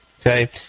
Okay